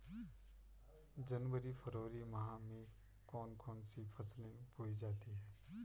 जनवरी फरवरी माह में कौन कौन सी फसलें बोई जाती हैं?